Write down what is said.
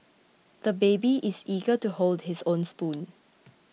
the baby is eager to hold his own spoon